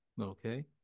okay